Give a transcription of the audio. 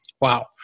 Wow